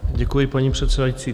Děkuji, paní předsedající.